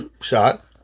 shot